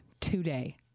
today